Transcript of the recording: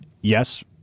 yes